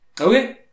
Okay